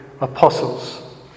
apostles